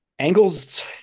Angles